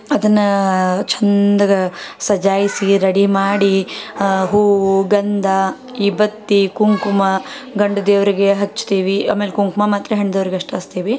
ಅದನ್ನು ಚೆಂದ್ಗೆ ಸಜ್ಜಾಯಿ ಸಿಹಿ ರೆಡಿ ಮಾಡಿ ಹೂವು ಗಂಧ ಈ ಬತ್ತಿ ಕುಂಕುಮ ಗಂಡು ದೇವರಿಗೆ ಹಚ್ತೀವಿ ಆಮೇಲೆ ಕುಂಕುಮ ಮಾತ್ರ ಹೆಣ್ಣು ದೇವ್ರಿಗೆ ಅಷ್ಟ ಹಚ್ತೀವಿ